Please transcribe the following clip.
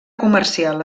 comercial